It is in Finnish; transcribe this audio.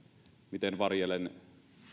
miten varjelen